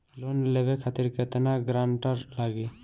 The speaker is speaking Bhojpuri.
लोन लेवे खातिर केतना ग्रानटर लागी?